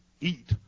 eat